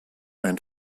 ein